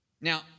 Now